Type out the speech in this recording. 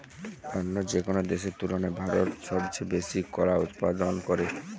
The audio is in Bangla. অন্য যেকোনো দেশের তুলনায় ভারত সবচেয়ে বেশি কলা উৎপাদন করে